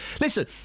Listen